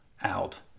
out